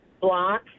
block